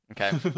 okay